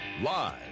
Live